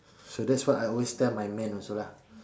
so that's what I always tell my men also lah